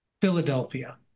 Philadelphia